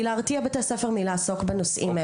והיא להרתיע בתי ספר מלעסוק בנושאים האלה.